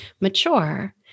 mature